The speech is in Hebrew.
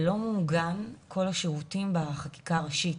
כל השירותים לא מעוגנים בחקיקה ראשית,